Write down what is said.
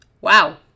Wow